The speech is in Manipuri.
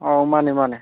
ꯑꯧ ꯃꯥꯅꯦ ꯃꯥꯅꯦ